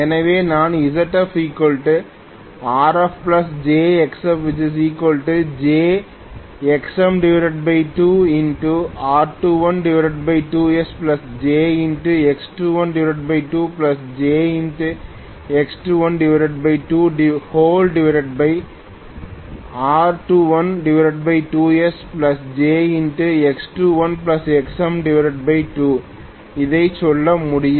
எனவே நான் Zf RfjXf jR212sjX212jX212R212sjX21Xm2 அதை சொல்ல முடியும்